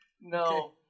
No